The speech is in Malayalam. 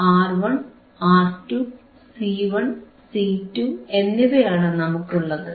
ആർ1 ആർ2 സി1 സി2 എന്നിവയാണ് നമുക്കുള്ളത്